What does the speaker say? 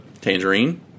Tangerine